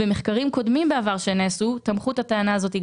מחקרים קודמים שנעשו בעבר, תמכו את הטענה הזאת.